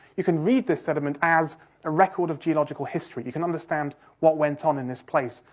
you can read this sediment as a record of geological history, you can understand what went on in this place,